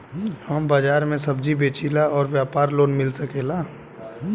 हमर बाजार मे सब्जी बेचिला और व्यापार लोन मिल सकेला?